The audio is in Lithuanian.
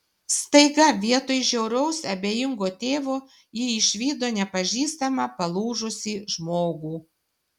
staiga vietoj žiauraus abejingo tėvo ji išvydo nepažįstamą palūžusį žmogų